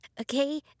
Okay